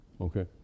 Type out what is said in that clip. okay